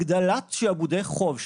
הגדלת שיעבודי חוב,